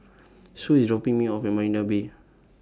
Sue IS dropping Me off At Marina Bay